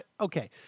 Okay